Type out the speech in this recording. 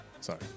Sorry